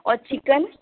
اور چکن